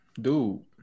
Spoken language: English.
dude